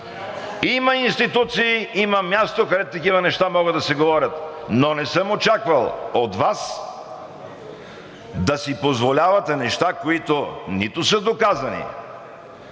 Има институции, има място, където такива неща могат да се говорят, но не съм очаквал от Вас да си позволявате неща, които не са доказани.